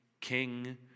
king